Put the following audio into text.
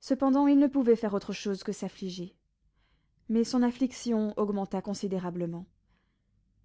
cependant il ne pouvait faire autre chose que s'affliger mais son affliction augmenta considérablement